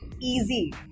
easy